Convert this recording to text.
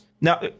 now